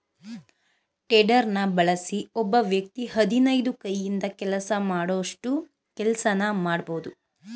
ಟೆಡರ್ನ ಬಳಸಿ ಒಬ್ಬ ವ್ಯಕ್ತಿ ಹದಿನೈದು ಕೈಯಿಂದ ಕೆಲಸ ಮಾಡೋಷ್ಟು ಕೆಲ್ಸನ ಮಾಡ್ಬೋದು